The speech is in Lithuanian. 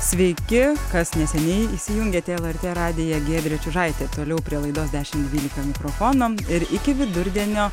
sveiki kas neseniai įsijungėte lrt radiją giedrė čiužaitė toliau prie laidos dešim dvylika mikrofono ir iki vidurdienio